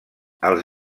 els